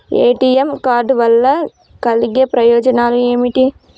ATM card వల్ల కలిగే ప్రయోజనాలు ఏమిటి?